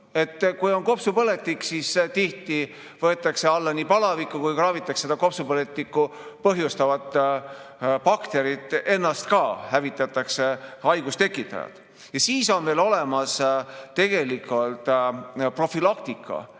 Kui on kopsupõletik, siis tihti võetakse alla nii palavikku kui ka kraabitakse kopsupõletikku põhjustavat bakterit ennast ka, hävitatakse haigustekitajad. Ja siis on veel olemas tegelikult profülaktika,